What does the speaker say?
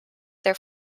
their